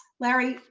larry,